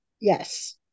Yes